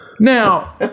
Now